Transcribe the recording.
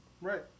Right